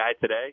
today